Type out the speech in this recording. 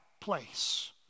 place